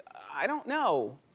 i don't know.